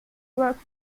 worked